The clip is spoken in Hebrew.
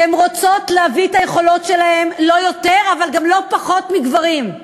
כי הן רוצות להביא את היכולות שלהן לא יותר אבל גם לא פחות מגברים,